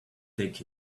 take